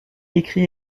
écrit